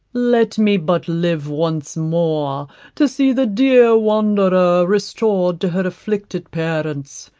let me but live once more to see the dear wanderer restored to her afflicted parents,